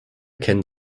kennt